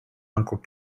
uncle